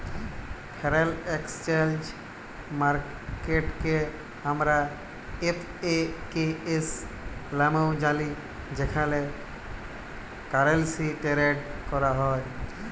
foreign exchange মার্কেটকে আমরা এফ.এ.কে.এস লামেও জালি যেখালে কারেলসি টেরেড ক্যরা হ্যয়